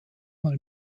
mal